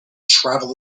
travel